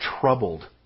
troubled